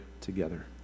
together